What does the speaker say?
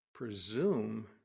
presume